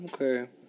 Okay